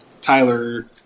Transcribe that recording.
Tyler